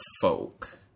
folk